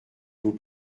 vous